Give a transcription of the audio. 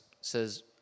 says